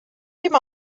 dim